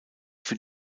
für